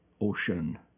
ocean